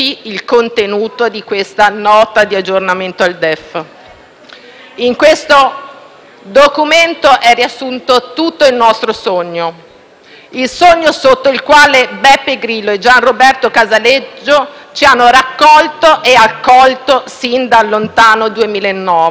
In questo Documento è riassunto tutto il nostro sogno, il sogno sotto il quale Beppe Grillo e Gianroberto Casaleggio ci hanno raccolto e accolto sin dal lontano 2009 e ci hanno portato nelle istituzioni nel 2013.